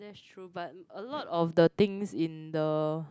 true but a lot of the things in the